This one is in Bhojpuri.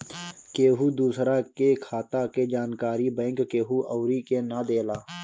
केहू दूसरा के खाता के जानकारी बैंक केहू अउरी के ना देला